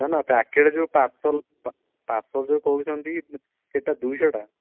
ନା ନା ପ୍ୟାକେଟ୍ ଯେଉଁ ପାର୍ସଲ ପାର୍ସଲ ଯେଉଁ କହୁଛନ୍ତିି କେତେଟା ଦୁଇ ଶହଟା